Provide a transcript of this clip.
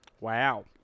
Wow